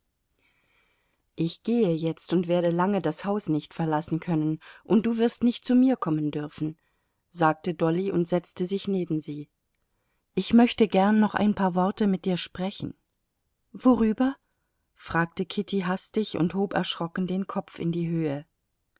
ich gehe jetzt und werde lange das haus nicht verlassen können und du wirst nicht zu mir kommen dürfen sagte dolly und setzte sich neben sie ich möchte gern noch ein paar worte mit dir sprechen worüber fragte kitty hastig und hob erschrocken den kopf in die höhe